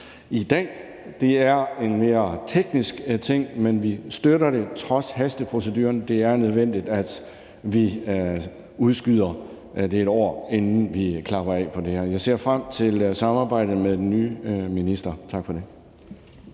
i dag – det er en mere teknisk ting – men vi støtter det trods hasteproceduren. Det er nødvendigt, at vi udskyder det 1 år, inden vi klapper det her af, og jeg ser frem til samarbejdet med den nye minister. Tak for det.